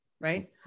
right